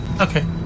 okay